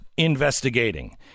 investigating